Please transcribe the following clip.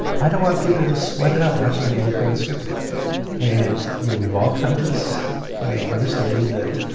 i don't want people to sweat it out watching anglican unscripted and you know we've all come to this yeah understanding that